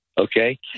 Okay